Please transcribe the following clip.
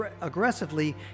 aggressively